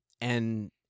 and-